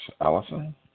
Allison